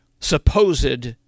supposed